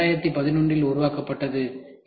இது 2011 இல் உருவாக்கப்பட்டது